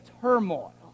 turmoil